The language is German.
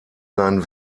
sein